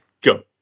go